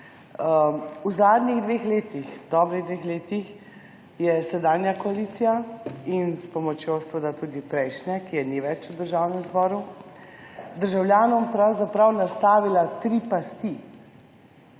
V zadnjih dveh letih, dobrih dveh letih je sedanja koalicija in s pomočjo seveda tudi prejšnje, ki je ni več v Državnem zboru, državljanom pravzaprav nastavila tri pasti.